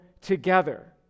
together